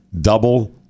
double